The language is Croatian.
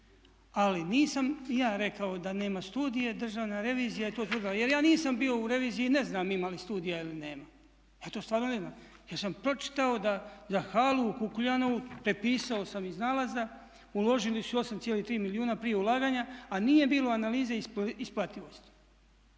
Ali nisam ja rekao da nema studije, Državna revizija je to tvrdila. Jer ja nisam bio u reviziji i ne znam ima li studija ili nema, ja to stvarno ne znam. Ja sam pročitao da za halu u Kukuljanovu, prepisao sam iz nalaza, uložili su 8,3 milijuna prije ulaganja a nije bilo analize isplativosti.